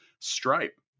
Stripe